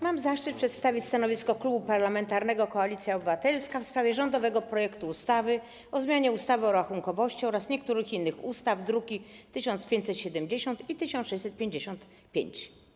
Mam zaszczyt przedstawić stanowisko Klubu Parlamentarnego Koalicja Obywatelska w sprawie rządowego projektu ustawy o zmianie ustawy o rachunkowości oraz niektórych innych ustaw, druki nr 1570 i 1655.